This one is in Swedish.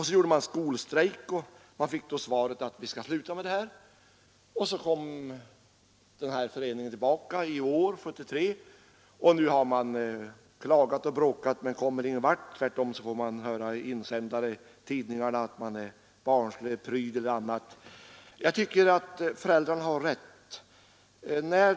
Så ordnade man skolstrejk och fick då svaret: ”Vi skall sluta med det här.” I år, 1973, kom denna förening tillbaka, och nu har man klagat och bråkat men kommer ingen vart. Tvärtom får man läsa i insändare i tidningarna att man är barnslig, pryd eller annat. Jag tycker att föräldrarna har rätt.